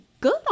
good